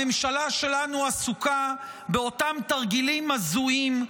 הממשלה שלנו עסוקה באותם תרגילים הזויים,